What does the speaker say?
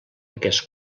aquest